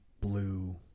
blue